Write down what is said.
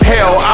Hell